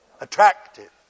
Attractive